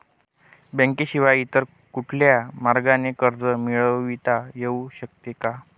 बँकेशिवाय इतर कुठल्या मार्गाने कर्ज मिळविता येऊ शकते का?